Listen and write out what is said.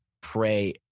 pray